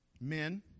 Men